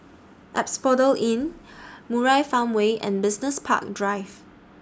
Asphodel Inn Murai Farmway and Business Park Drive